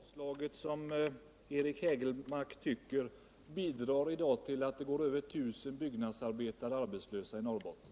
Herr talman! Det, som Eric Hägelmark tycker, lyckliga avslaget bidrar till att över tusen byggnadsarbetare går arbetslösa i Norrbotten.